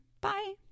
Bye